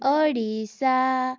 Odisha